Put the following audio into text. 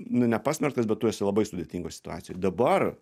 nu nepasmerktas bet tu esi labai sudėtingoj situacijoj dabar